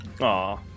Aw